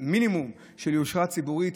מינימום של יושרה ציבורית.